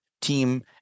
team